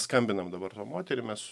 skambinam dabar tom moterim mes